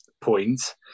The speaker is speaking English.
point